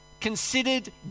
considered